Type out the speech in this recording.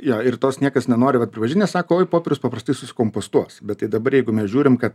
jo ir tos niekas nenori vat pažint nes sako oi popierius paprastai sukompostuos bet tai dabar jeigu mes žiūrim kad